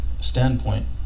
standpoint